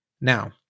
Now